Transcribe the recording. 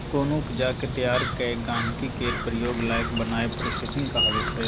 कोनो उपजा केँ तैयार कए गहिंकी केर प्रयोग लाएक बनाएब प्रोसेसिंग कहाबै छै